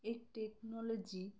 এই টেকনোলজি